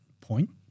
point